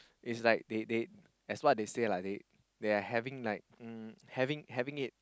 is like they they as what they say lah they they are having like um having having it